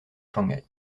shanghai